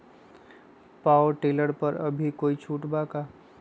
Power tiller पर अभी कोई छुट बा का?